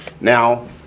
Now